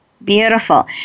Beautiful